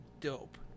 dope